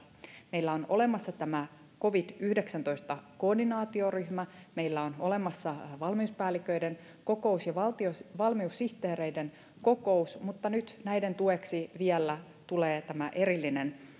meillä on olemassa covid yhdeksäntoista koordinaatioryhmä meillä on olemassa valmiuspäälliköiden kokous ja valmiussihteereiden kokous mutta nyt näiden tueksi vielä tulee tämä erillinen